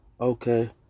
Okay